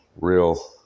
real